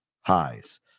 highs